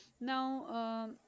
now